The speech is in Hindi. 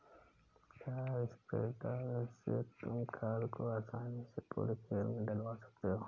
खाद स्प्रेडर से तुम खाद को आसानी से पूरे खेत में डलवा सकते हो